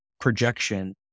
projection